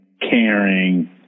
caring